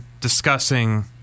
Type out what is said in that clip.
discussing